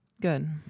Good